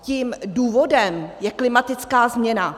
Tím důvodem je klimatická změna.